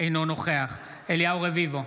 אינו נוכח אליהו רביבו,